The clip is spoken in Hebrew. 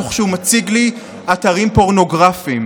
תוך שהוא מציג לי אתרים פורנוגרפיים.